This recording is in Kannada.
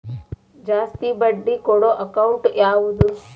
ಜಾಸ್ತಿ ಬಡ್ಡಿ ಕೊಡೋ ಅಕೌಂಟ್ ಯಾವುದು?